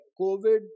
COVID